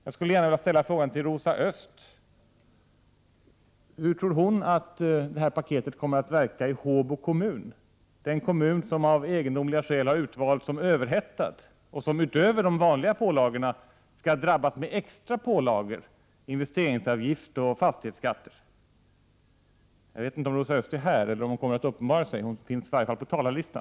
Jag skulle gärna vilja ställa en fråga till Rosa Östh om hur hon tror att paketet kommer att verka i Håbo kommun, den kommun som av egendomliga skäl har utvalts som överhettad och som utöver de vanliga pålagorna skall drabbas av extra pålagor — investeringsavgifter och fastighetsskatter. Jag vet inte om Rosa Östh är här eller om hon kommer att uppenbara sig. Hon finns i varje fall upptagen på talarlistan.